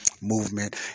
movement